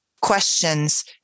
Questions